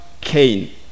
Cain